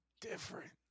different